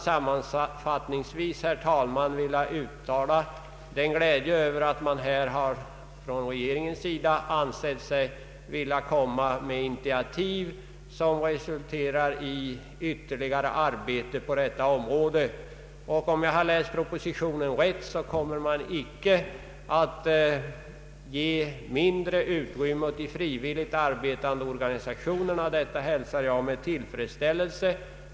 Sammanfattningsvis vill jag uttala min glädje över att regeringen ansett sig vilja ta initiativ som resulterar i ytterligare arbete på detta område. Om jag har läst propositionen rätt, kommer man icke att ge mindre utrymme åt de frivilliga ideella organisationerna. Detta hälsar jag med tillfredsställelse.